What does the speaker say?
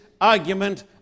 argument